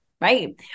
Right